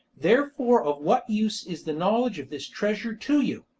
therefore of what use is the knowledge of this treasure to you?